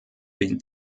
den